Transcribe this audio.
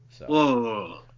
Whoa